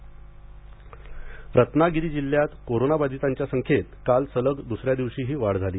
Ratnagiri corona Ratnagiri जिल्ह्यात कोरोनाबाधितांच्या संख्येत काल सलग दुसऱ्या दिवशीही वाढ झाली